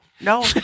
no